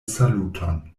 saluton